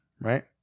right